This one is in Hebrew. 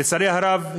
ולצערי הרב,